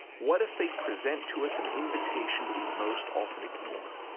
what if they present to us an invitation that we most often ignore,